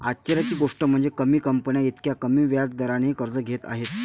आश्चर्याची गोष्ट म्हणजे, कमी कंपन्या इतक्या कमी व्याज दरानेही कर्ज घेत आहेत